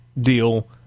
deal